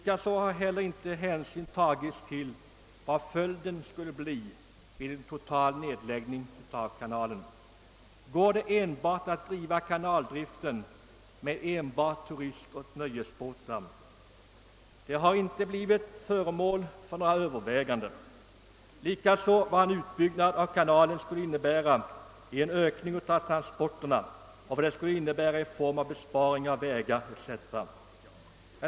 Man har inte tagit hänsyn till vad följden skulle bli vid en total nedläggning av kanalen. är det möjligt att enbart driva kanaltrafiken med turistoch nöjesbåtar? Denna fråga har inte blivit föremål för några överväganden. Skulle en utbyggnad av kanalen medföra en ökning av transporterna, och vad skulle detta i så fall innebära i form av besparingar på vägområdet?